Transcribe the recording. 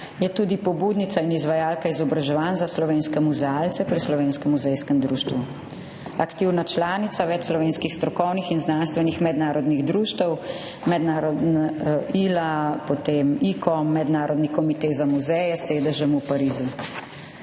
Je tudi pobudnica in izvajalka izobraževanj za slovenske muzealce pri Slovenskem muzejskem društvu, aktivna članica več slovenskih strokovnih in znanstvenih mednarodnih društev, ILA, ICOM, Mednarodni komite za muzeje s sedežem v Parizu.